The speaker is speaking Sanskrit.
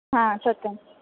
हा सत्यं